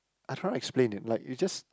I cannot explain eh like you just